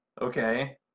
Okay